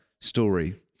story